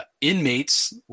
inmates